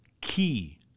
key